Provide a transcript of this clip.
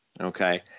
Okay